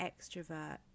extrovert